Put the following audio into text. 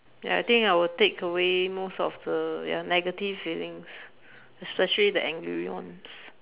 ya I think I will take away most of the ya negative feelings especially the angry ones